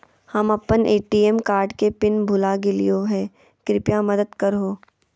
हम अप्पन ATM card के पिन भुला गेलिओ हे कृपया मदद कर हो